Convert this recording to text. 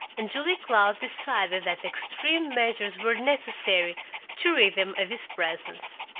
and julia cloud decided that extreme measures were necessary to rid them of his presence.